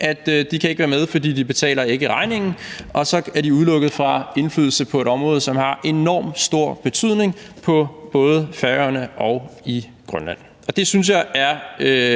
at de ikke kan være med, fordi de ikke betaler regningen. Og så er de udelukket fra indflydelse på et område, som har enormt stor betydning på både Færøerne og i Grønland. Og det synes jeg er